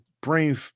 brain